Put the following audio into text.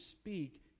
speak